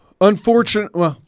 unfortunately